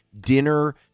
Dinner